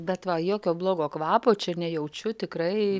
bet va jokio blogo kvapo čia nejaučiu tikrai